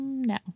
No